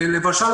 למשל,